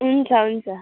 हुन्छ हुन्छ